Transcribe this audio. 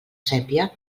sépia